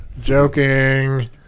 Joking